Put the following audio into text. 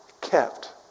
kept